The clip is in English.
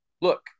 Look